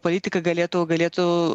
politika galėtų galėtų